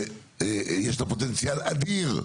שיש לה פוטנציאל אדיר.